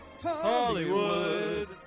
Hollywood